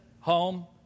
home